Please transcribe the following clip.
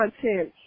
content